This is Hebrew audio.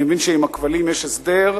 אני מבין שעם הכבלים יש הסדר.